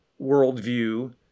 worldview